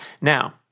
Now